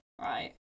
Right